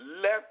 Let